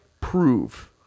prove